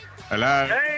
Hello